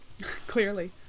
Clearly